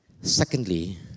Secondly